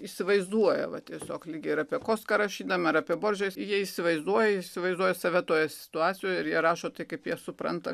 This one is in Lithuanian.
įsivaizduoja va tiesiog lyg ir apie kostką rašydami ar apie bordžiją jie įsivaizduoja įsivaizduoja save toje situacijoje ir jie rašo tai kaip jie supranta